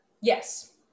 Yes